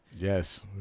Yes